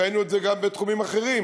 ראינו את זה גם בתחומים אחרים.